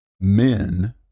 men